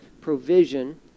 provision